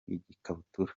ikabutura